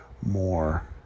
more